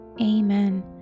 amen